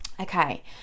okay